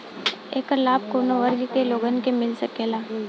ऐकर लाभ काउने वर्ग के लोगन के मिल सकेला?